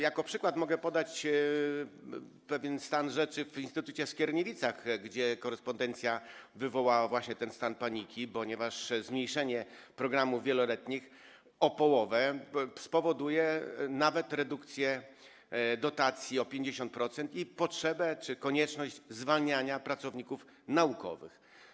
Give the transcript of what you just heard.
Jako przykład mogę podać pewien stan rzeczy w instytucie w Skierniewicach, gdzie korespondencja wywołała właśnie ten stan paniki, ponieważ zmniejszenie środków na programy wieloletnie o połowę spowoduje nawet redukcję dotacji o 50% i potrzebę czy konieczność zwalniania pracowników naukowych.